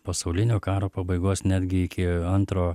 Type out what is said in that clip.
pasaulinio karo pabaigos netgi iki antro